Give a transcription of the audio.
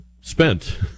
spent